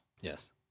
Yes